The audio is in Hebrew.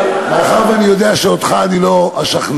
מאחר שאני יודע שאותך אני לא אשכנע,